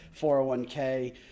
401k